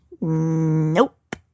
Nope